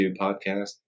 Podcast